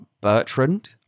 Bertrand